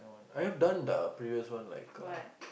I have the done the previous one like uh